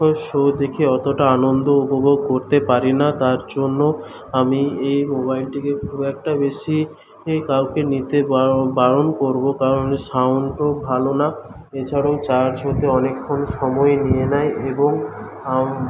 show দেখে অতটা আনন্দ উপভোগ করতে পারি না তার জন্য আমি এই মোবাইলটিকে খুব একটা বেশী কাউকে নিতে বারণ বারণ করব কারণ সাউন্ডও ভালো না এছাড়াও চার্জ হতে অনেকক্ষণ সময় নিয়ে নেয় এবং